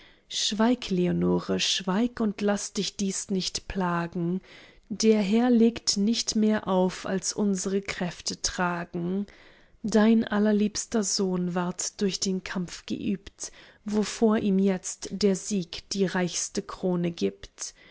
schweig leonore schweig und laß dich dies nicht plagen der herr legt nicht mehr auf als unsre kräfte tragen dein allerliebster sohn ward durch den kampf geübt wovor ihm jetzt der sieg die reichste krone gibt